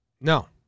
No